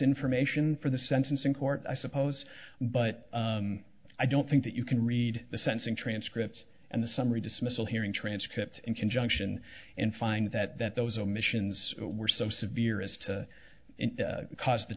information for the sentencing court i suppose but i don't think that you can read the sensing transcripts and the summary dismissal hearing transcript in conjunction and find that that those omissions were so severe as to cause